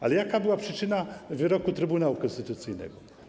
Ale jaka była przyczyna wyroku Trybunału Konstytucyjnego?